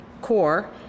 core